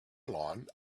lawn